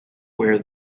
wear